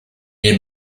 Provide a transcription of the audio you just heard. est